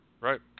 Right